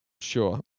sure